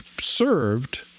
served